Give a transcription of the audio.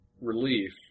relief